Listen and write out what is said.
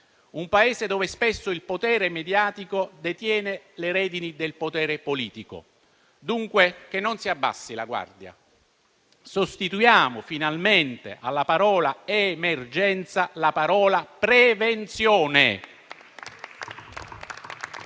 un Paese dove spesso il potere mediatico detiene le redini del potere politico. Non si abbassi, dunque, la guardia. Sostituiamo finalmente alla parola «emergenza» la parola «prevenzione».